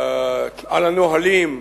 על הנהלים.